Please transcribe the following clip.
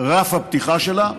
רף הפתיחה שלה,